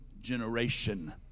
generation